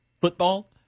football